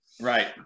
Right